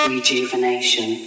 Rejuvenation